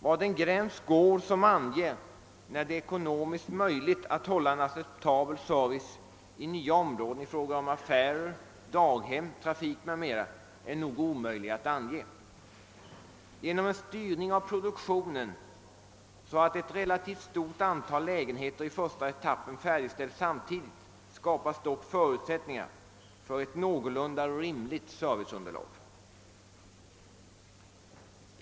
Var den gräns går som anger när det är ekonomiskt möjligt att hålla en acceptabel service i nya områden i fråga om affärer, daghem, trafik m.m. är nog omöjligt att ange. Genom en styrning av produktionen så att ett relativt stort antal lägenheter i första etappen färdigställs samtidigt skapas dock förutsättningar för ett någorlunda rimligt serviceunderlag.